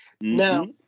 Now